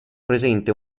presente